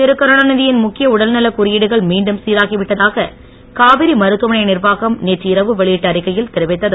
திருகருணாநிதி யின் முக்கிய உடல்நலக் குறியீடுகள் மீண்டும் சிராகி விட்டதாக காவேரி மருத்துவமனை நிர்வாகம் நேற்று இரவு வெளியிட்ட அறிக்கையில் தெரிவித்தது